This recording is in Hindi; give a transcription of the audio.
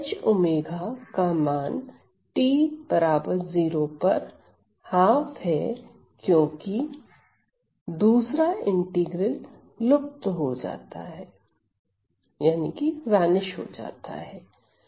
H𝛚 का मान t 0 पर ½ है क्योंकि दूसरा इंटीग्रल लुप्त हो जाता है